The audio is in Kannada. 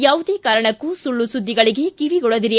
ಯಾವುದೇ ಕಾರಣಕ್ಕೂ ಸುಳ್ಳು ಸುದ್ದಿಗಳಗೆ ಕಿವಿಗೊಡದಿರಿ